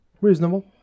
Reasonable